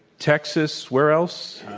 texas. where else?